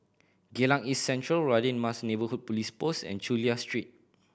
Geylang East Central Radin Mas Neighbourhood Police Post and Chulia Street